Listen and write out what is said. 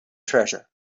treasure